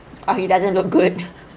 or he doesn't look good